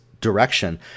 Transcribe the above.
direction